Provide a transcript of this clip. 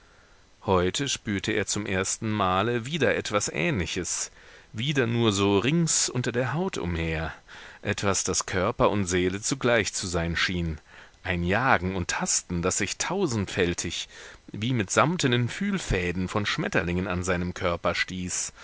heute spürte er zum ersten male wieder etwas ähnliches wieder nur so rings unter der haut umher etwas das körper und seele zugleich zu sein schien ein jagen und hasten das sich tausendfältig wie mit samtenen fühlfäden von schmetterlingen an seinem körper stieß